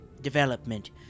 development